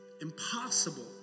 impossible